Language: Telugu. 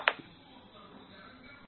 ధన్యవాదాలు